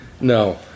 No